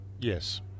Yes